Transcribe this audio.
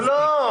לא.